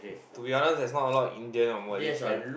to be honest there's not a lot of Indian or Malay friend